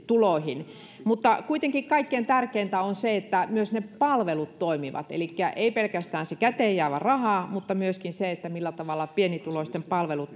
tuloihin kuitenkin kaikkein tärkeintä on se että myös palvelut toimivat elikkä ei pelkästään käteenjäävä raha vaan myöskin se millä tavalla pienituloisten palvelut